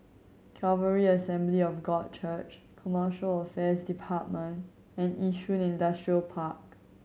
Calvary Assembly of God Church Commercial Affairs Department and Yishun Industrial Park